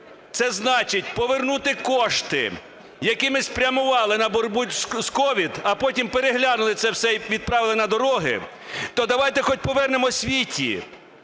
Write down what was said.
Це значить повернути кошти, які ми спрямували по боротьбу з COVID, а потім переглянути це все і відправили на дороги, то давайте хоч повернемо освіті